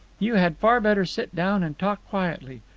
you had far better sit down and talk quietly.